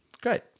Great